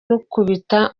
rukubita